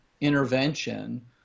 intervention